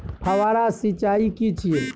फव्वारा सिंचाई की छिये?